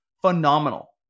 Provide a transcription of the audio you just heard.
phenomenal